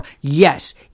Yes